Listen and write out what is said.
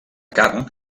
carn